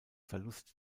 verlust